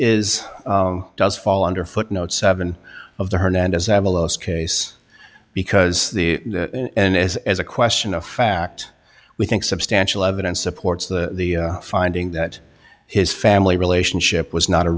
is does fall under footnote seven of the hernandez case because the and as as a question of fact we think substantial evidence supports the finding that his family relationship was not a